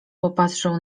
popatrzył